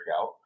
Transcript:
out